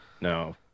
no